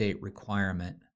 requirement